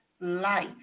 life